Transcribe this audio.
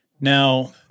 Now